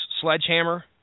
Sledgehammer